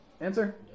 Answer